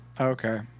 Okay